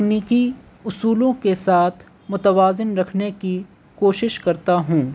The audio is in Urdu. اننیکی اصولوں کے ساتھ متوازن رکھنے کی کوشش کرتا ہوں